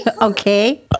Okay